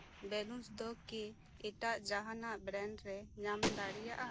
balloons ᱫᱚ ᱠᱤ ᱮᱴᱟᱜ ᱡᱟᱦᱟᱱᱟᱜ ᱵᱨᱟᱱᱰ ᱨᱮ ᱧᱟᱢ ᱫᱟᱲᱮᱭᱟᱜᱼᱟ